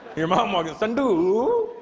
your mom morgan son do